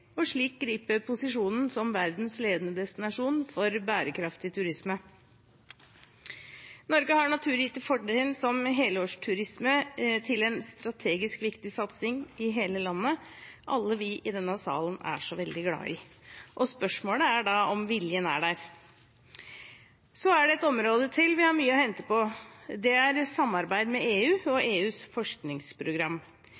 og slik gripe posisjonen som verdens ledende destinasjon for bærekraftig turisme. Norge har naturgitte fortrinn som gjør helårsturisme til en strategisk viktig satsing i hele landet alle vi i denne salen er så veldig glad i. Spørsmålet er da om viljen er der. Så er det et område til vi har mye å hente på, og det er samarbeid med EU